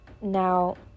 now